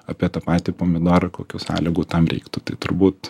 apie tą patį pomidorą kokių sąlygų tam reiktų tai turbūt